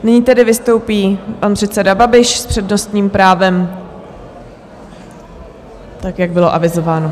Nyní tedy vystoupí pan předseda Babiš s přednostním právem, jak bylo avizováno.